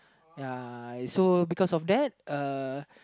ya so because of that uh